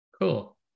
Cool